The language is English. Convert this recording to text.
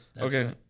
Okay